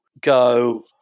go